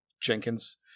Jenkins